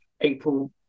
April